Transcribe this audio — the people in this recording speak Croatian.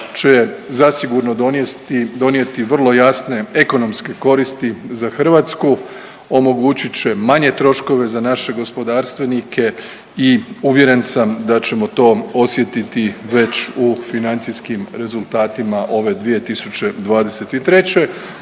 će zasigurno donijeti vrlo jasne ekonomske koristi za Hrvatsku, omogućit će manje troškove za naše gospodarstvenike i uvjeren sam da ćemo to osjetiti već u financijskim rezultatima ove 2023.